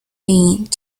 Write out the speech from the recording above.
need